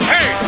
Hey